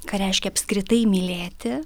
ką reiškia apskritai mylėti